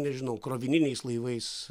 nežinau krovininiais laivais